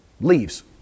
leaves